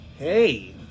Hey